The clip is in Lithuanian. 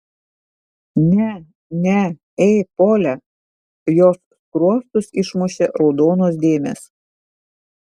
ne ne ei pole jos skruostus išmušė raudonos dėmės